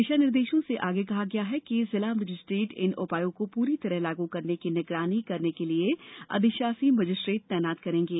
दिशा निर्देशों में आगे कहा गया है कि जिला मजिस्ट्रेट इन उपायों को पूरी तरह लागू करने की निगरानी करने के लिए अधिशासी मजिस्ट्रेट तैनात करेंगे